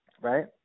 Right